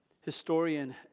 Historian